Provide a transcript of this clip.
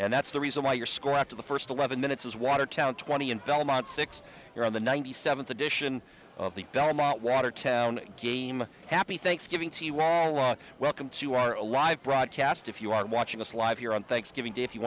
and that's the reason why your school after the first eleven minutes is watertown twenty in belmont six you're on the ninety seventh edition of the belmont watertown game happy thanksgiving welcome to you are a live broadcast if you are watching us live here on thanksgiving day if you